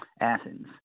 Athens